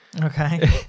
Okay